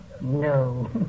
No